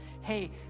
hey